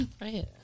Right